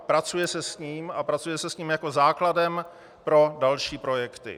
Pracuje se s ním a pracuje se s ním jako se základem pro další projekty.